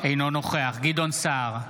אינו נוכח גדעון סער,